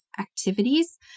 activities